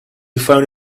found